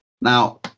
Now